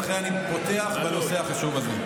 ולכן אני פותח בנושא החשוב הזה.